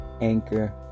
Anchor